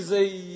כי זה ידבק